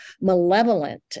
malevolent